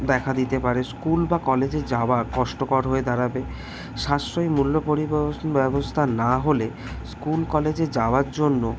দেখা দিতে পারে স্কুল বা কলেজে যাওয়া কষ্টকর হয়ে দাঁড়াবে সাশ্রয়ী মূল্য পরিবহন ব্যবস্থা না হলে স্কুল কলেজে যাওয়ার জন্য